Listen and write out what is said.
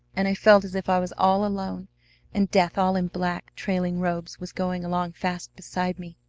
and i felt as if i was all alone and death all in black trailing robes was going along fast beside me.